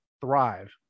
thrive